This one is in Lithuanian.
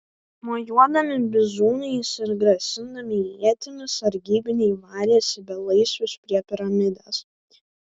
mojuodami bizūnais ir grasindami ietimis sargybiniai varėsi belaisvius prie piramidės